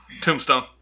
Tombstone